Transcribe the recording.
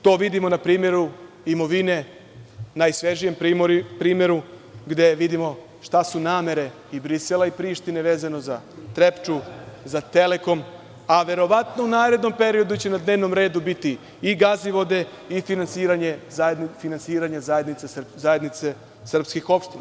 To vidimo na primeru imovine, najsvežijem primeru gde vidimo šta su namere i Brisela i Prištine vezane za Trepču, za Telekom, a verovatno u narednom periodu će na dnevnom redu biti i Gazivode i finansiranje zajednice srpskih opština.